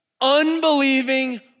unbelieving